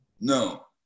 No